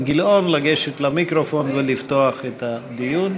גילאון לגשת למיקרופון ולפתוח את הדיון.